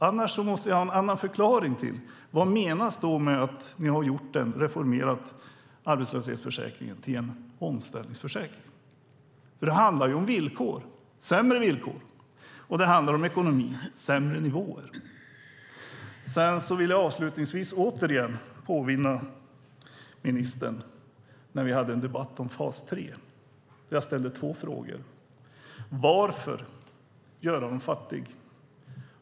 Annars måste vi få en annan förklaring till vad som menas med att ni har reformerat arbetslöshetsförsäkringen till en omställningsförsäkring. Det handlar om villkor - sämre villkor - och det handlar om ekonomi och sämre nivåer. Jag vill avslutningsvis återigen påminna ministern om när vi hade en debatt om fas 3 och jag ställde två frågor: Varför göra dem fattiga?